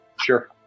Sure